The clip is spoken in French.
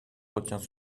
retient